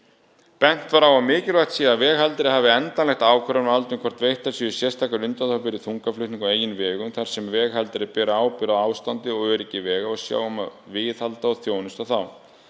Bent var á að mikilvægt sé að veghaldari hafi endanlegt ákvörðunarvald um hvort veittar séu sérstakar undanþágur fyrir þungaflutninga á eigin vegum þar sem veghaldari beri ábyrgð á ástandi og öryggi vega og sjái um að viðhalda og þjónusta þá.